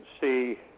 see